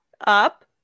up